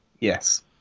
Yes